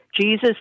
Jesus